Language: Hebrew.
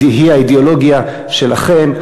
היא האידיאולוגיה שלכם.